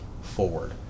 forward